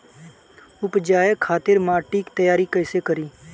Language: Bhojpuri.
उपजाये खातिर माटी तैयारी कइसे करी?